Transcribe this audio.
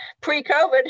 pre-covid